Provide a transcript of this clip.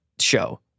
show